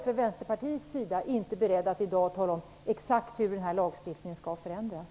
För Vänsterpartiets del är jag inte beredd att i dag tala om exakt hur den här lagstiftningen skall förändras.